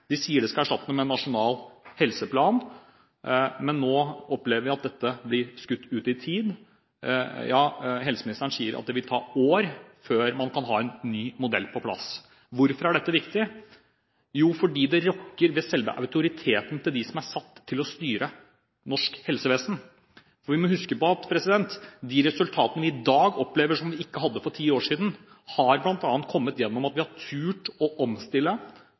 De sier de skal erstatte dem med en nasjonal helseplan, men nå opplever vi at dette blir skutt ut i tid. Helseministeren sier at det vil ta år før man kan ha en ny modell på plass. Hvorfor er dette viktig? Jo, fordi det rokker ved selve autoriteten til dem som er satt til å styre norsk helsevesen. Vi må huske på at de resultatene vi i dag opplever, som vi ikke hadde for ti år siden, bl.a. har kommet gjennom at vi har turt å omstille,